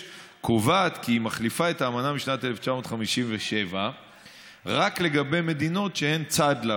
קובעת כי היא מחליפה את האמנה משנת 1957 רק לגבי מדינות שהן צד לה.